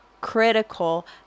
critical